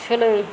सोलों